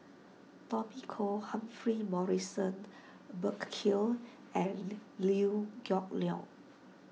Tommy Koh Humphrey Morrison Burkill and Liew Yiew Geok Leong